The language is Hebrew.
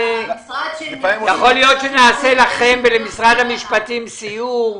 יכול להיות שנעשה לכם ולמשרד המשפטים סיור,